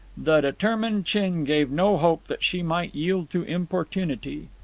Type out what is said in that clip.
the determined chin gave no hope that she might yield to importunity.